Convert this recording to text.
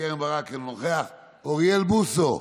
קרן ברק, אינה נוכחת, אוריאל בוסו?